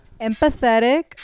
empathetic